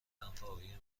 لنفاوی